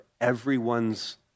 everyone's